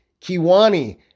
Kiwani